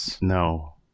no